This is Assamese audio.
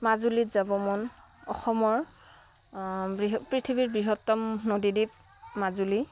মাজুলীত যাব মন অসমৰ পৃথিৱীৰ বৃহত্তম নদীদ্বীপ মাজুলী